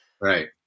Right